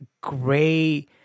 great